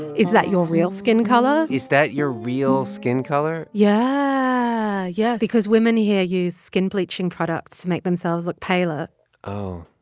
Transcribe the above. is that your real skin color? is that your real skin color? yeah. yeah, because women here use skin-bleaching products to make themselves look paler oh